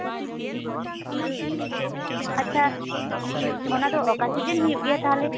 ᱟᱪᱪᱷᱟ ᱚᱱᱟ ᱫᱚ ᱚᱠᱟ ᱥᱤᱡᱤᱱ ᱦᱩᱭᱩᱜ ᱜᱮᱭᱟ ᱛᱟᱦᱚᱞᱮ